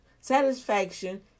satisfaction